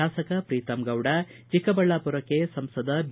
ಶಾಸಕ ಪ್ರೀತಂ ಗೌಡ ಚಿಕ್ಕಬಳ್ಯಾಪುರಕ್ಕೆ ಸಂಸದ ಬಿ